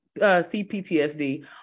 CPTSD